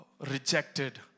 rejected